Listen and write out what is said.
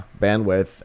bandwidth